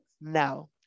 no